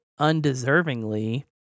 undeservingly